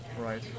Right